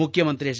ಮುಖ್ಯಮಂತ್ರಿ ಎಚ್